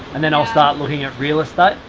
and then i'll start looking at real estate.